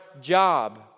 job